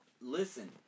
Listen